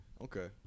okay